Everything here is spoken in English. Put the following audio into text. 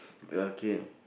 ya okay